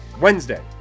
Wednesday